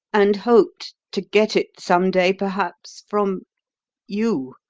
and hoped to get it some day perhaps from you!